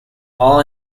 all